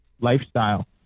lifestyle